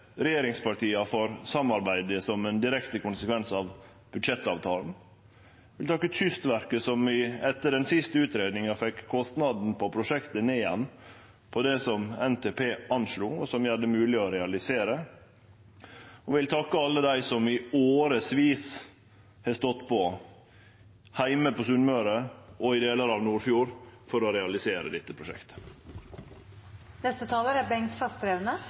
regjeringspartia for samarbeidet som ein direkte konsekvens av budsjettavtalen. Eg vil takke Kystverket, som etter den siste utgreiinga fekk kostnaden på prosjektet ned igjen på det som NTP anslo, og som gjer det mogleg å realisere. Eg vil takke alle dei som i årevis har stått på heime på Sunnmøre og i delar av Nordfjord for å realisere dette prosjektet. Stad betyr «stopp», og det er